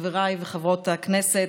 חברי וחברות הכנסת,